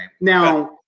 Now